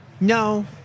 No